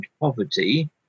poverty